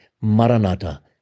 Maranatha